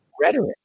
rhetoric